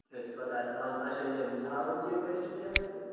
مےٚ حظ چھُ پتاہ اَز چھُ تاون اَچھا یِم ژھاوٕلۍ کٔہۍ چھِ کیٚاہ گَژھان